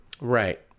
Right